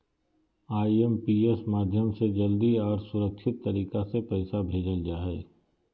IMPS माध्यम से जल्दी आर सुरक्षित तरीका से पैसा भेजल जा हय